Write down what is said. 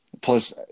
Plus